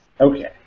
Okay